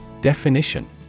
Definition